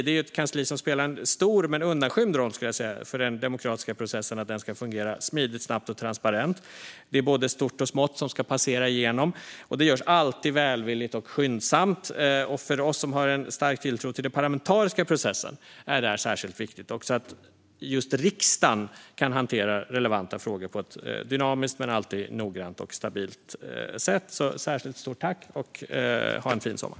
Det är ju ett kansli som spelar en stor men undanskymd roll för att den demokratiska processen ska fungera smidigt, snabbt och transparent. Det är både stort och smått som ska passera, och det görs alltid välvilligt och skyndsamt. För oss som har en stark tilltro till den parlamentariska processen är det särskilt viktigt att just riksdagen kan hantera relevanta frågor på ett dynamiskt men alltid noggrant och stabilt sätt. Därför vill jag rikta ett särskilt stort tack till dem. Ha en fin sommar!